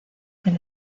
del